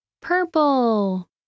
Purple